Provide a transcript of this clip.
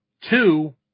Two